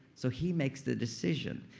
so he makes the decision.